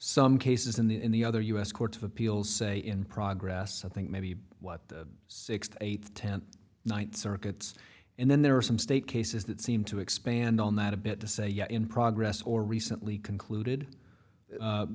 some cases in the in the other u s court of appeals say in progress i think maybe what six eight ten ninth circuit's and then there are some state cases that seem to expand on that a bit to say yet in progress or recently concluded